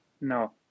No